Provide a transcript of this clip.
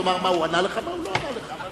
תאמר מה הוא ענה לך ומה הוא לא ענה לך.